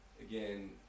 again